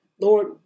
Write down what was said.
Lord